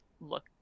look